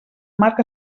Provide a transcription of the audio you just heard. marc